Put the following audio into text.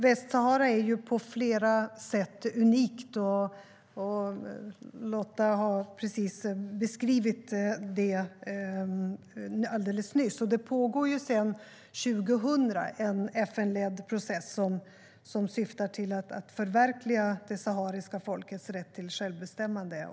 Västsahara är på flera sätt unikt, som Lotta Johnsson Fornarve beskrev alldeles nyss. Sedan år 2000 pågår en FN-ledd process som syftar till att förverkliga det sahariska folkets rätt till självbestämmande.